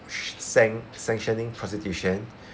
s~ sanc~ sanctioning prostitution